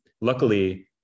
luckily